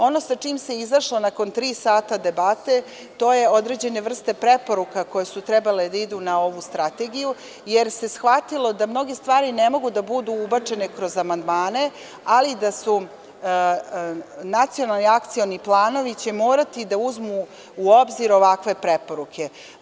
Ono sa čime se izašlo nakon tri sata debate to su određene vrste preporuka koje su trebale da idu na ovu Strategiju jer se shvatilo da mnoge stvari ne mogu da budu ubačene kroz amandmane, ali da nacionalni akcionalni planovi će morati uzmu u obzir ovakve preporuke.